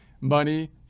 money